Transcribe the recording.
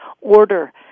order